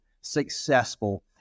successful